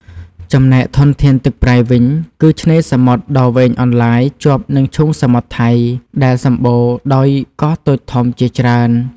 ចំណែកធនធានទឹកប្រៃវិញ គឺឆ្នេរសមុទ្រដ៏វែងអន្លាយជាប់នឹងឈូងសមុទ្រថៃ ដែលសម្បូរដោយកោះតូចធំជាច្រើន។